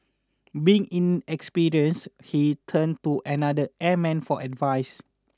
being inexperienced he turned to another airman for advice